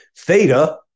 Theta